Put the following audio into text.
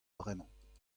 bremañ